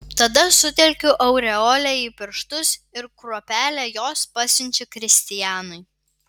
tada sutelkiu aureolę į pirštus ir kruopelę jos pasiunčiu kristianui